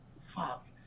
fuck